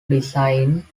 designs